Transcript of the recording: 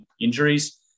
injuries